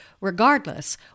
Regardless